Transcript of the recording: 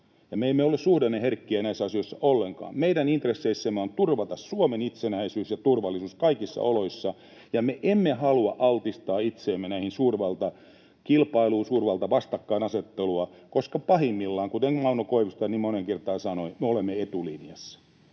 me ole ollenkaan suhdanneherkkiä näissä asioissa. Meidän intresseissämme on turvata Suomen itsenäisyys ja turvallisuus kaikissa oloissa, emmekä me halua altistaa itseämme suurvaltakilpailulle, suurvaltavastakkainasettelulle, koska pahimmillaan, kuten Mauno Koivisto niin moneen kertaan sanoi, me olemme etulinjassa.